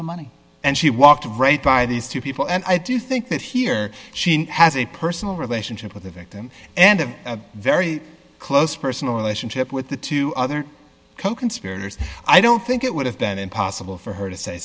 the money and she walked right by these two people and i do think that here she has a personal relationship with the victim and a very close personal relationship with the two other coconspirators i don't think it would have been possible for her to say